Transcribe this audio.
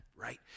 right